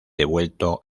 devuelto